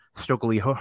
Stokely